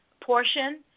portion